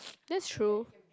that's true